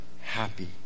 happy